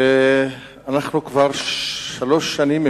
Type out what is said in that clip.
ואנחנו כבר שלוש שנים,